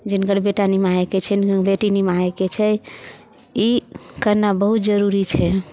जिनकर बेटा निमाहयके छनि बेटी निमाहयके छै ई करना बहुत जरूरी छै